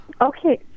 Okay